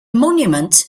monument